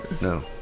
no